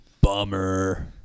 bummer